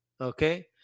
okay